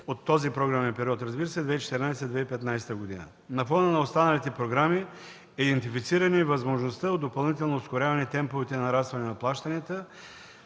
от този програмен период 2014 2015 г. На фона на останалите програми е идентифицирана и възможността от допълнително ускоряване темповете на нарастване на плащанията,